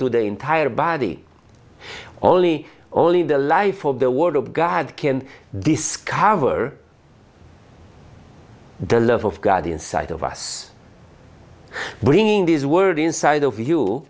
to the entire body only only the life or the word of god can discover the love of god inside of us bringing these word inside of you